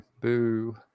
Boo